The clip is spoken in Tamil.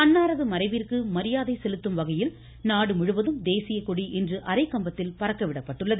அன்னாரது மறைவிற்கு மரியாதை செலுத்தும் வகையில் நாடுமுழுவதும் தேசிய கொடி இன்று அரைகம்பத்தில் பறக்கவிடப்பட்டுள்ளது